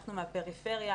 אנחנו מהפריפריה,